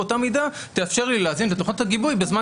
באותה מידה תאפשר לי להאזין בתוכנת הגיבוי בזמן